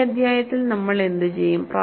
ഈ അധ്യായത്തിൽ നമ്മൾ എന്തുചെയ്യും